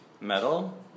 Metal